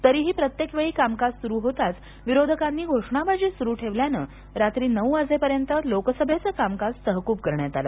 तरीही प्रत्येक वेळी कामकाज सूरू होताच विरोधकांनी घोषणाबाजी सूरू ठेवल्यानं रात्री नऊ वाजेपर्यंत लोकसभेचं कामकाज तहकूब करण्यात आलं